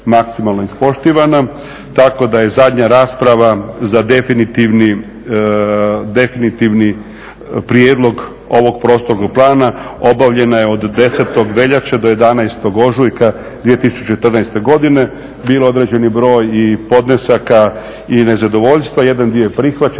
tako da je zadnja rasprava za definitivni prijedlog ovog prostornog plana obavljena je od 10. veljače do 11. ožujka 2014. godine. Bilo je i određeni broj i podnesaka i nezadovoljstva, jedan dio je prihvaćen,